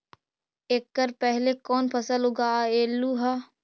एकड़ पहले कौन फसल उगएलू हा?